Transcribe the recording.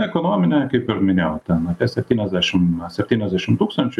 ekonominė kaip ir minėjau ten apie septyniasdešim septyniasdešim tūkstančių